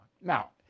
Now